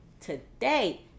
today